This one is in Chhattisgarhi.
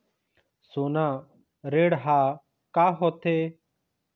सोना ऋण हा का होते?